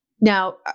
Now